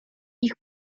ich